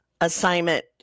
assignment